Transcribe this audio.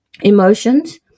emotions